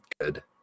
good